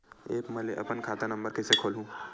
App म ले अपन खाता नम्बर कइसे खोलहु?